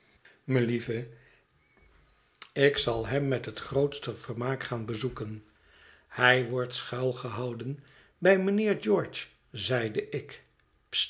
melieve ik zal hem met het grootste vermaak gaan bezoeken hij wordt schuilgehouden bij mijnheer george zeide ik